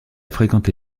fréquenté